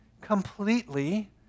completely